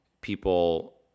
People